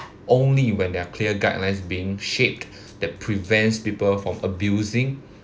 only when there are clear guidelines being shaped that prevents people from abusing